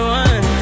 one